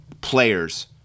players